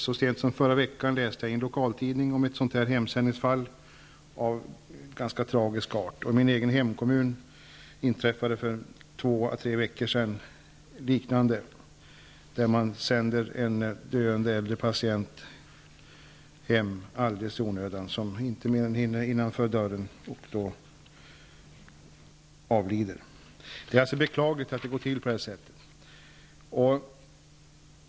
Så sent som i förra veckan läste jag i lokaltidningen om ett fall av ganska tragisk art, där en patient sändes hem. I min hemkommun inträffade för två tre veckor sedan något liknande, där en äldre, döende patient sändes hem alldeles i onödan. Patienten hann inte mer än komma innanför dörren innan han avled. Det är beklagligt att det går till på det sättet.